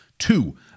Two